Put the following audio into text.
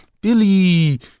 Billy